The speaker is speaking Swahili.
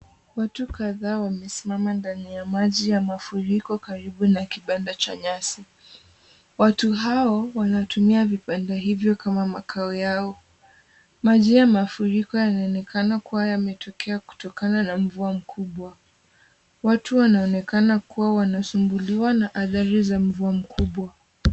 Watu kadhaa wamesimama ndani ya maji ya mafuriko karibu na kibanda cha nyasi. Watu hao wanatumia vibanda hivyo kama makao yao. Maji ya mafuriko yanaonekana kuwa yametokea kutokana na mvua mkubwa. Watu wanaonekana kuwa wanasumbuliwa na athari za mvua mkubwa.